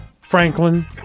Franklin